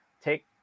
take